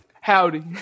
howdy